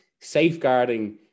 safeguarding